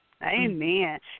Amen